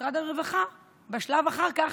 ומשרד הרווחה בשלב אחר כך,